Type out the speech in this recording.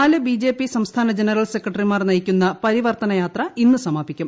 നാല് ബിജെപി സംസ്ഥാന ജനറൽപ്പ് ്റ്സ്ക്രകട്ടറിമാർ നയിക്കുന്ന പരിവർത്തനയാത്ര ഇന്ന് സമാപിക്കും